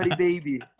and baby.